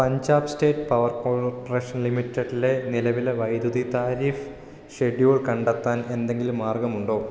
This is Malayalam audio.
പഞ്ചാബ് സ്റ്റേറ്റ് പവർ കോർപ്പറേഷൻ ലിമിറ്റഡ്ലെ നിലവിലെ വൈദ്യുതി താരിഫ് ഷെഡ്യൂൾ കണ്ടെത്താൻ എന്തെങ്കിലും മാർഗ്ഗമുണ്ടോ